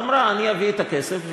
ואמרה: אני אביא את הכסף.